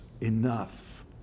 enough